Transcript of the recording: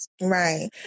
Right